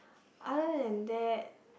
other than that